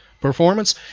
performance